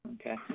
Okay